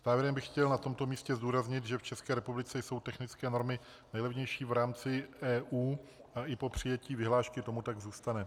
Závěrem bych chtěl na tomto místě zdůraznit, že v České republice jsou technické normy nejlevnější v rámci EU a i po přijetí vyhlášky tomu tak zůstane.